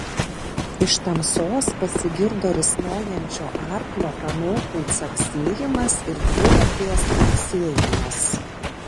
iš tamsos pasigirdo risnojančio arklio kanopų caksėjimas ir dviratės trinksėjimas